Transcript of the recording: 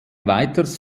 weiteres